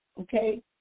okay